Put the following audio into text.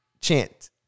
Chant